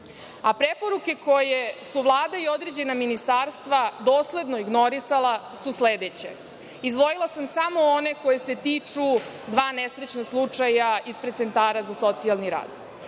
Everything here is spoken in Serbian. nažalost. Preporuke koje su Vlada i određena ministarstva dosledno ignorisala su sledeće. Izdvojila sam samo one koje se tiču dva nesrećna slučaja ispred centara za socijalni rad.